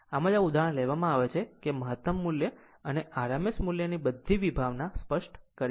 આમ આમ જ આ ઉદાહરણ લેવામાં આવે છે કે મહત્તમ મૂલ્ય અને RMS મૂલ્યની બધી વિભાવના સ્પષ્ટ કરી છે